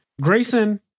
Grayson